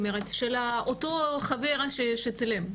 של אותו חבר שצילם?